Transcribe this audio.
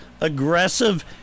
aggressive